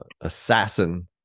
assassin